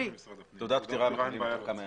תעודת פטירה מנפיקים תוך כמה ימים.